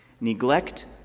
Neglect